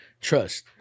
Trust